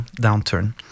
downturn